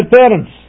parents